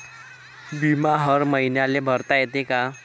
बिमा हर मईन्याले भरता येते का?